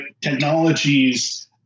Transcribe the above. technologies